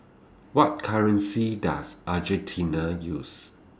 What currency Does Argentina use